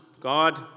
God